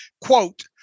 Quote